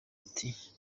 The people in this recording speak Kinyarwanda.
ati